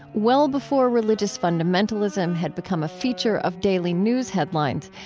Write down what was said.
well before religious fundamentalism had become a feature of daily news headlines,